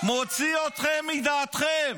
מוציא אתכם מדעתכם.